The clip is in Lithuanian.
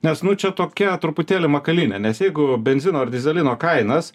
nes nu čia tokia truputėlį makalynė nes jeigu benzino ar dyzelino kainas